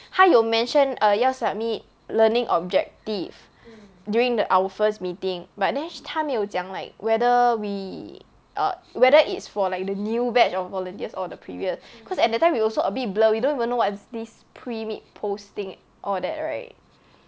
她有 mention err 要 submit learning objective during the our first meeting but then she 她没有讲 like whether we um whether it's for like the new batch of volunteers or the previous cause at that time we also a bit blur we don't even know what is this pre-meet post thing all that right